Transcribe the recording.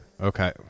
Okay